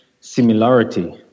similarity